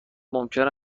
ممکن